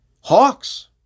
Hawks